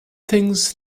things